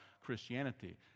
Christianity